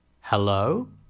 Hello